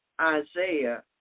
Isaiah